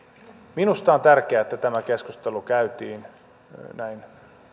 minusta on tärkeää että tämä keskustelu käytiin näin